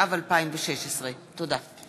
התשע"ו 2016. תודה.